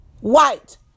White